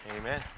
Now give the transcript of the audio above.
Amen